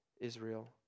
Israel